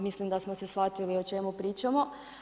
Mislim da smo se shvatili o čemu pričamo.